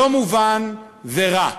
לא מובן ורע.